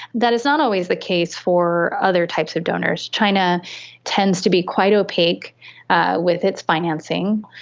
that is not always the case for other types of donors. china tends to be quite opaque with its financing.